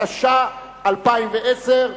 התש"ע 2010,